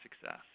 success